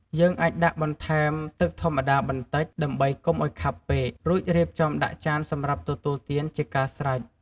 យើងអាចដាក់បន្ថែមទឹកធម្មតាបន្តិច ដើម្បីកុំឲ្យខាប់ពេក រួចរៀបចំដាក់ចានសម្រាប់ទទួលទានជាការស្រេច។